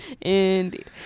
Indeed